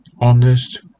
honest